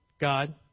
God